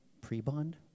Pre-bond